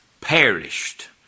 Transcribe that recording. Perished